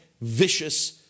vicious